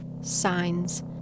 signs